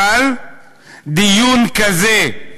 אבל דיון כזה,